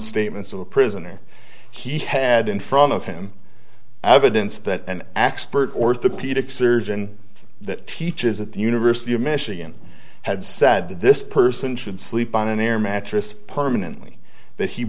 statements of the prisoner he had in front of him evidence that an x orthopedic surgeon that teaches at the university of michigan had said that this person should sleep on an air mattress permanently that he